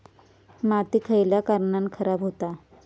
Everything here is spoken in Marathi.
माती खयल्या कारणान खराब हुता?